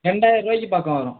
ரெண்டாயர்ரூபாய்க்கு பக்கம் வரும்